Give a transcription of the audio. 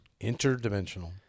Interdimensional